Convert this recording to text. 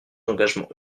engagements